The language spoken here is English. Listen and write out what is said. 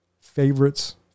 favorites